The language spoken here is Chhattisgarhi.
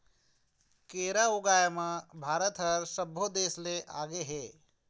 केरा ऊगाए म भारत ह सब्बो देस ले आगे हे